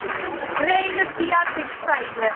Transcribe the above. नेईं नत्ती ज्हार फिक्स प्राइज ऐ